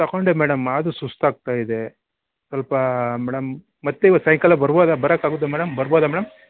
ತಗೊಂಡೆ ಮೇಡಮ್ ಆದ್ರೂ ಸುಸ್ತಾಗ್ತಾಯಿದೆ ಸ್ವಲ್ಪ ಮೇಡಮ್ ಮತ್ತೆ ಇವತ್ತು ಸಾಯಂಕಾಲ ಬರ್ಬೋದಾ ಬರೋಕ್ಕಾಗುತ್ತ ಮೇಡಮ್ ಬರ್ಬೋದಾ ಮೇಡಮ್